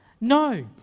No